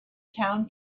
town